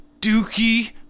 Dookie